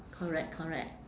correct correct